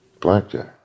blackjack